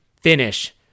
finish